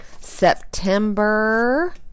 September